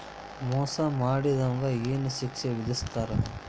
ಮೋಸಾ ಮಾಡಿದವ್ಗ ಏನ್ ಶಿಕ್ಷೆ ವಿಧಸ್ತಾರ?